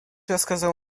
rozkazał